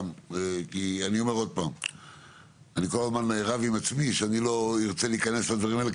אני אומר שוב שאני כל הזמן רב עם עצמי שלא ארצה להיכנס לדברים האלה,